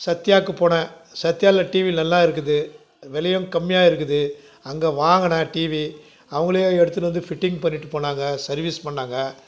சத்யாவுக்கு போனேன் சத்யாவில் டிவி நல்லாயிருக்குது விலையும் கம்மியாக இருக்குது அங்கே வாங்கினேன் டிவி அவங்களே எடுத்துகிட்டு வந்து ஃபிட்டிங் பண்ணிவிட்டு போனாங்க சர்விஸ் பண்ணிணாங்க